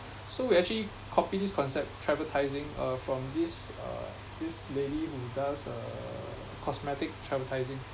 so we actually copy this concept tryvertising uh from this uh this lady who does uh cosmetic tryvertising